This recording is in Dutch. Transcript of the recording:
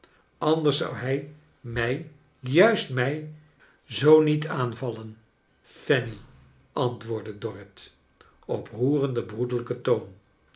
anders zou hij mij juist mij zoo niet aanvallen fanny antwoordde dorrit op roerend broederlrjken toon